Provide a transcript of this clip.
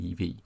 EV